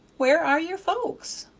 where are your folks?